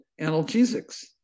analgesics